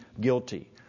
guilty